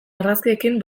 argazkiekin